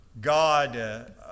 God